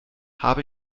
habe